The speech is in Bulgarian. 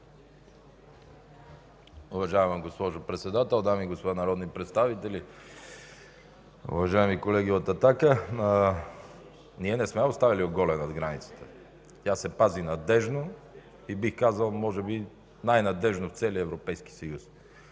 Уважаема госпожо Председател, дами и господа народни представители! Уважаеми колеги от „Атака”, ние не сме оставили оголена границата. Тя се пази надеждно и бих казал – може би най-надеждно в целия Европейски съюз.